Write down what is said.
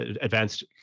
advanced